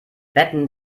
wetten